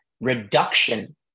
reduction